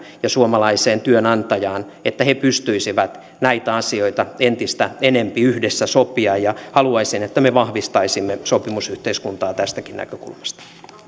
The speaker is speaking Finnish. ja suomalaiseen työnantajaan että he pystyisivät näitä asioita entistä enempi yhdessä sopimaan ja haluaisin että me vahvistaisimme sopimusyhteiskuntaa tästäkin näkökulmasta